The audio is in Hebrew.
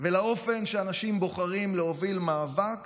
שבו אנשים בוחרים להוביל מאבק